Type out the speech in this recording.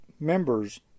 members